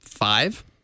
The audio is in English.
Five